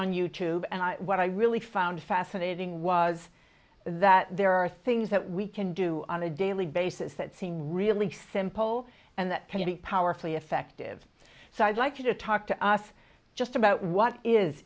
on you tube and what i really found fascinating was that there are things that we can do on a daily basis that seem really simple and that can be powerfully effective so i'd like you to talk to us just about what is